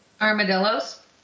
Armadillo's